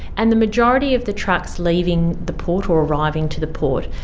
and the majority of the trucks leaving the port or arriving to the port,